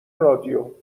رادیو